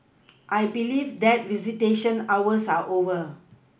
I believe that visitation hours are over